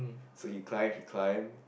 so he climb he climb